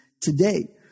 today